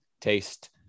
taste